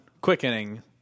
quickening